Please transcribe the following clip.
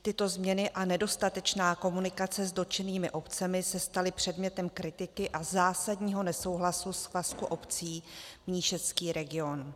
Tyto změny a nedostatečná komunikace s dotčenými obcemi se staly předmětem kritiky a zásadního nesouhlasu Svazku obcí Mníšecký region.